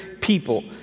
people